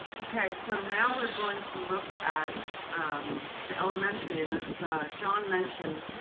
okay. so now we're going to look at um the elementary. and as john mentioned,